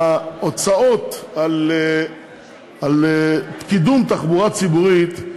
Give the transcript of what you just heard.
ההוצאות על קידום תחבורה ציבורית,